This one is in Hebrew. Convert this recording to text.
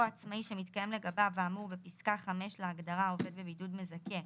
עצמאי שמתקיים לגביו האמור בפסקה (5) להגדרה "עובד בבידוד מזכה"